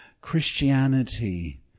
Christianity